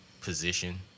position